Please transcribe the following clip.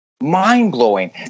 Mind-blowing